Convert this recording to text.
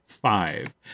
Five